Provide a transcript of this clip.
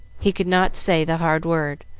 he could not say the hard word,